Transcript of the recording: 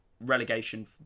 relegation